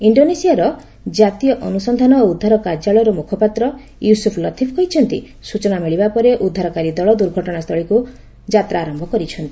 ଇଣ୍ଡୋନେସିଆର ଜାତୀୟ ଅନୁସନ୍ଧାନ ଓ ଉଦ୍ଧାର କାର୍ଯ୍ୟାଳୟର ମୁଖପାତ୍ର ୟୁସୁଫ ଲତିଫ କହିଛନ୍ତି ସୂଚନା ମିଳିବା ପରେ ଉଦ୍ଧାରକାରୀ ଦଳ ଦୁର୍ଘଟଣାସ୍ଥଳୀ ଆଡକୁ ଯାତ୍ରା ଆରମ୍ଭ କରିଛନ୍ତି